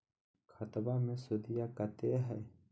खतबा मे सुदीया कते हय?